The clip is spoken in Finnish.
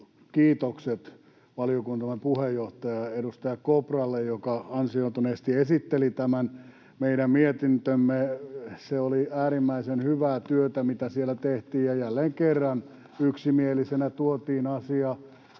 kiitokset valiokunnan puheenjohtajalle, edustaja Kopralle, joka ansioituneesti esitteli tämän meidän mietintömme. Se oli äärimmäisen hyvää työtä, mitä siellä tehtiin. Jälleen kerran yksimielisenä tuotiin asia